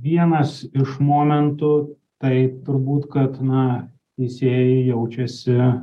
vienas iš momentų tai turbūt kad na teisėjai jaučiasi